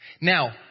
Now